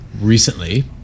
recently